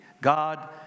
God